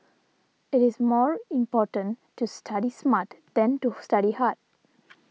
it is more important to study smart than to study hard